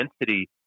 density